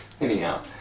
Anyhow